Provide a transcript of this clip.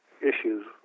issues